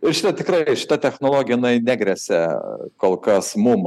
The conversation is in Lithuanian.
ir šitą tikrai šita technologija jinai negresia kol kas mum